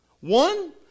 One